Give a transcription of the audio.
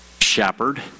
Shepherd